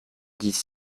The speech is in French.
disent